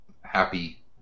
happy